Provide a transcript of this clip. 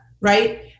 Right